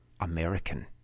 American